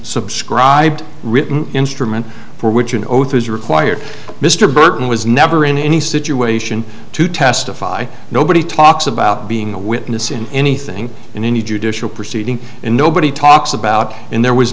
subscribed written instrument for which an oath is required mr burton was never in any situation to testify nobody talks about being a witness in anything in any judicial proceeding and nobody talks about and there was